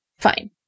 Fine